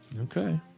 Okay